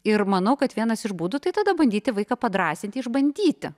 ir manau kad vienas iš būdų tai tada bandyti vaiką padrąsinti išbandyti